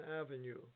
Avenue